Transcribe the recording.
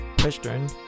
question